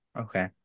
Okay